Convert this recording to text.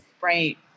right